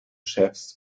chefs